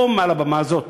פה, מעל הבמה הזאת,